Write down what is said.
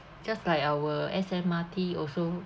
just like our S_M_R_T also